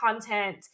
content